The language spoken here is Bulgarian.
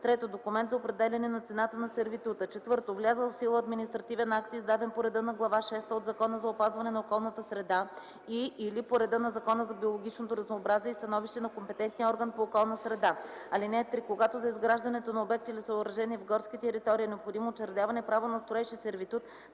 3. документ за определяне на цената за сервитута; 4. влязъл в сила административен акт, издаден по реда на глава шеста от Закона за опазване на околната среда и/или по реда на Закона за биологичното разнообразие и становище на компетентния орган по околна среда. (3) Когато за изграждането на обект или съоръжение в горски територии е необходимо учредяване право на строеж и сервитут,